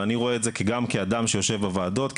ואני רואה את זה גם כאדם שיושב בוועדות,